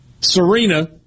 Serena